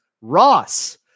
Ross